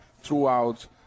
throughout